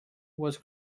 was